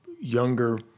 younger